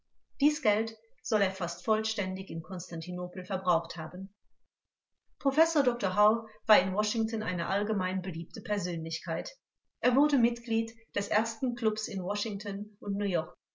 dies geld soll er fast vollständig in konstantinopel verbraucht haben professor dr hau war in washington eine allgemein beliebte persönlichkeit er wurde mitglied der ersten klubs in washington und neuyork